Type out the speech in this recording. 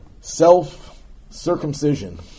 self-circumcision